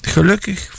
Gelukkig